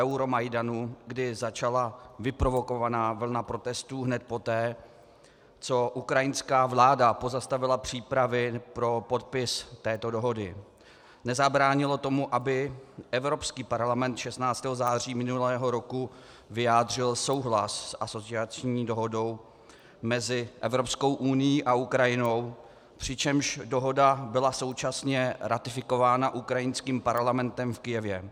Euromajdanu, kdy začala vyprovokovaná vlna protestů hned poté, co ukrajinská vláda pozastavila přípravy pro podpis této dohody, nezabránilo tomu, aby Evropský parlament 16. září minulého roku vyjádřil souhlas s asociační dohodou mezi Evropskou unií a Ukrajinou, přičemž dohoda byla současně ratifikována ukrajinským parlamentem v Kyjevě.